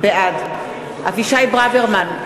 בעד אבישי ברוורמן,